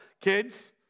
Kids